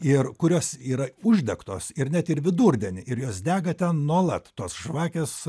ir kurios yra uždegtos ir net ir vidurdienį ir jos dega ten nuolat tos žvakės